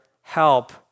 help